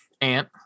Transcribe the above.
Ant